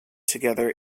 together